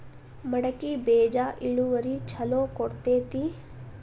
ಮಡಕಿ ಬೇಜ ಇಳುವರಿ ಛಲೋ ಕೊಡ್ತೆತಿ?